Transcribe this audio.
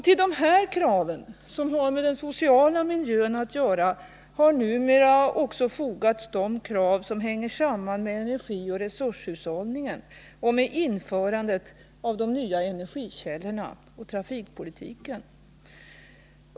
Till dessa krav som har med den sociala miljön att göra har numera också fogats de krav som hänger samman med energioch resurshushållningen, med införandet av de nya energikällorna och med trafikpolitiken.